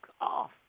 off